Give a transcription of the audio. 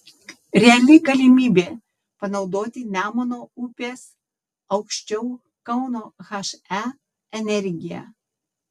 reali galimybė panaudoti nemuno upės aukščiau kauno he energiją